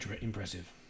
impressive